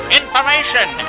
information